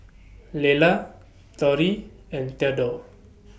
Lelar Torie and Theadore